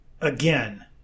again